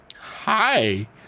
Hi